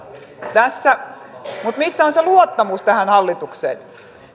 mutta missä on se luottamus tähän hallitukseen